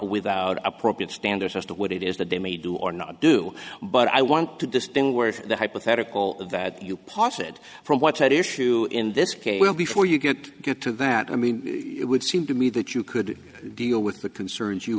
without appropriate standards as to what it is that they may do or not do but i want to distinguish the hypothetical that you posit from what's at issue in this case well before you could get to that i mean it would seem to me that you could deal with the concerns you